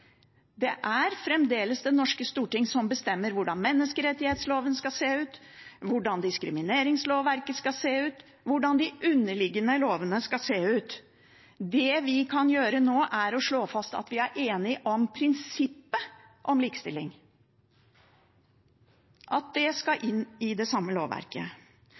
Det er fremdeles det norske storting som bestemmer hvordan menneskerettsloven skal se ut, hvordan diskrimineringslovverket skal se ut, hvordan de underliggende lovene skal se ut. Det vi kan gjøre nå, er å slå fast at vi er enige om prinsippet om likestilling, og at det skal inn i det samme lovverket.